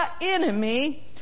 enemy